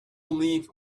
believe